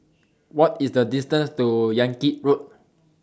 What IS The distance to Yan Kit Road